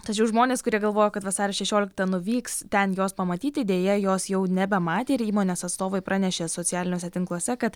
tačiau žmonės kurie galvoja kad vasario šešioliktą nuvyks ten jos pamatyti deja jos jau nebematė ir įmonės atstovai pranešė socialiniuose tinkluose kad